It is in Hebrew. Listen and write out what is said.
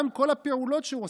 גם כל הפעולות שהוא עושה,